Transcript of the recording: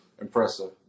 impressive